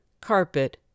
carpet